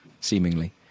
Seemingly